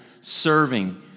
serving